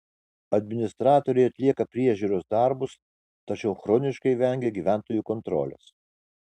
administratoriai atlieka priežiūros darbus tačiau chroniškai vengia gyventojų kontrolės